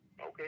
Okay